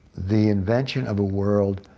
the invention of a world